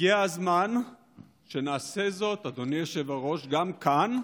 הגיע הזמן שנעשה זאת, אדוני היושב-ראש, גם כאן,